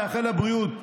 מאחל לה בריאות,